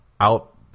out